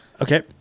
Okay